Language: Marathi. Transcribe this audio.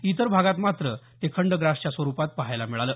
इतर भागात मात्र ते खंडग्रासच्या स्वरूपात पाहायला मिळालं